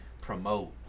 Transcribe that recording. promote